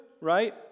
right